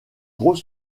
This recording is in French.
gros